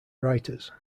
writers